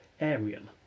Arian